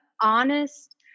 honest